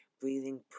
breathing